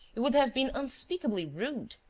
it would have been unspeakably rude.